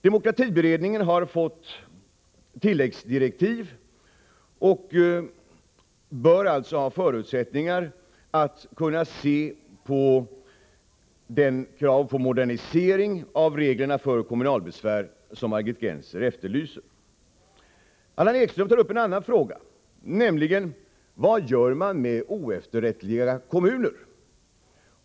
Demokratiberedningen har fått tilläggsdirektiv och bör alltså ha förutsättningar att se på frågan om den modernisering av reglerna för kommunalbe svär som Margit Gennser efterlyser. Allan Ekström tar upp en annan fråga: Vad gör man med oefterrättliga kommuner?